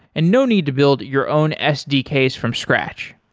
and no need to build your own sdks from scratch.